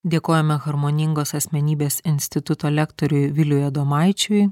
dėkojame harmoningos asmenybės instituto lektoriui viliui adomaičiui